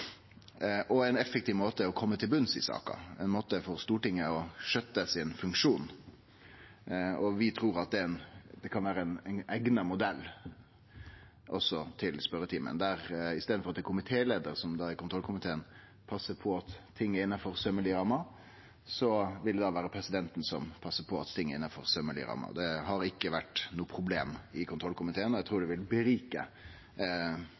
og er ein effektiv måte å kome til bunns i saker på. Det er ein måte for Stortinget å skjøtte funksjonen sin på, og vi trur det kan vere ein eigna modell også for spørjetimen. I staden for ein komitéleiar som passar på at ting er innanfor sømelege rammer i kontrollkomiteen, vil det da vere presidenten som passar på at ting er innanfor sømelege rammer. Det har ikkje vore noko problem i kontrollkomiteen, og eg trur